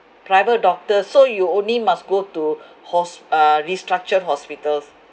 private doctor so you only must go to hos~ uh restructured hospitals